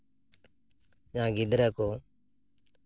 ᱡᱟᱦᱟᱸᱭ ᱜᱤᱫᱽᱨᱟᱹ ᱠᱚ